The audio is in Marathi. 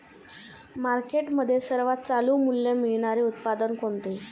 मार्केटमध्ये सर्वात चालू मूल्य मिळणारे उत्पादन कोणते?